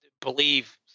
believe